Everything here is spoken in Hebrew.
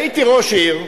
הייתי ראש עיר,